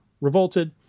revolted